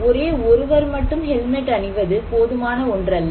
ஒரே ஒருவர் மட்டும் ஹெல்மெட் அணிவது போதுமான ஒன்றல்ல